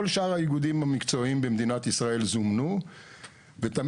כל שאר האיגודים המקצועיים במדינת ישראל זומנו ותמיד